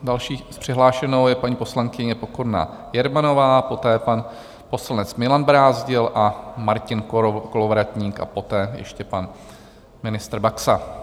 Další přihlášenou je paní poslankyně Pokorná Jermanová, poté pan poslanec Milan Brázdil a Martin Kolovratník a poté ještě pan ministr Baxa.